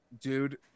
Dude